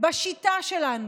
בשיטה שלנו,